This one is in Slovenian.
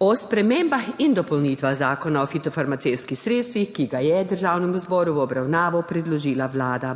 o spremembah in dopolnitvah Zakona o fitofarmacevtskih sredstvih, ki ga je Državnemu zboru v obravnavo predložila Vlada.